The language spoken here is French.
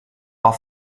pas